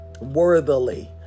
worthily